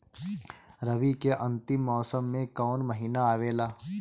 रवी के अंतिम मौसम में कौन महीना आवेला?